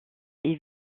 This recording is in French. est